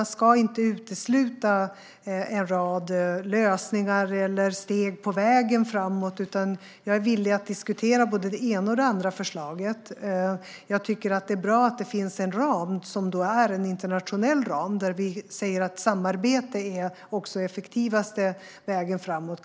Man ska inte utesluta en rad lösningar eller steg på vägen framåt. Jag är villig att diskutera både det ena och det andra förslaget. Jag tycker att det är bra att det finns en ram - en internationell sådan - där vi säger att samarbete är den effektivaste vägen framåt.